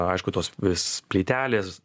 aišku tos vis plytelės